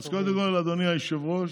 אדוני היושב-ראש,